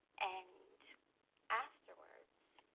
and afterwards,